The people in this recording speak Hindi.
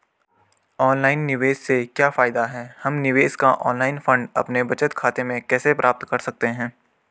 ऑनलाइन निवेश से क्या फायदा है हम निवेश का ऑनलाइन फंड अपने बचत खाते में कैसे प्राप्त कर सकते हैं?